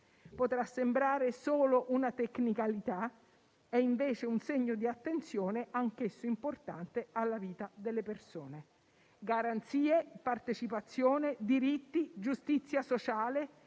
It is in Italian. Potrà sembrare solo una tecnicalità; è invece un segno di attenzione, anch'esso importante, alla vita delle persone. Garanzie, partecipazione, diritti, giustizia sociale